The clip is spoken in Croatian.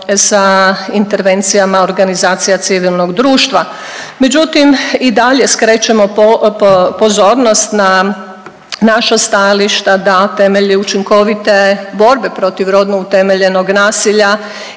sa intervencijama organizacija civilnog društva. Međutim, i dalje skrećemo pozornost na naša stajališta da temeljem učinkovite borbe protiv rodno utemeljenog nasilja